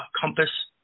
compass